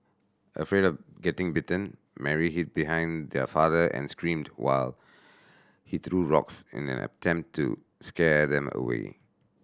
afraid of getting bitten Mary hid behind their father and screamed while he threw rocks in an attempt to scare them away